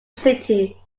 city